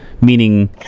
meaning